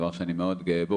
דבר שאני מאוד גאה בו,